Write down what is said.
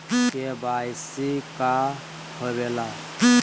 KYC का होवेला?